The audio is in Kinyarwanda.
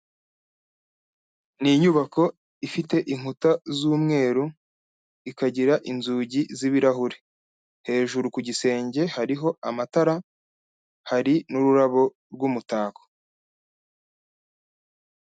Ni inyubako ifite inkuta z'umweru ikagira inzugi z'ibirahure, hejuru ku gisenge hariho amatara hari n'ururabo rw'umutako.